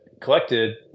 collected